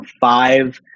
five